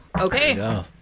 Okay